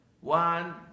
One